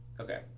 okay